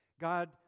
God